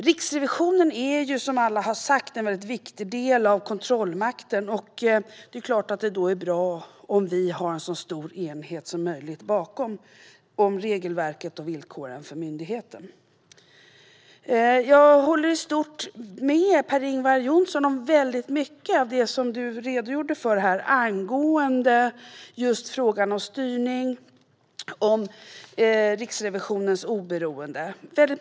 Riksrevisionen är, som alla har sagt, en viktig del av kontrollmakten. Då är det såklart bra om vi har så stor enighet som möjligt om regelverket och villkoren för myndigheten. Jag håller med om väldigt mycket av det Per-Ingvar Johnsson redogjorde för angående just styrning och Riksrevisionens oberoende.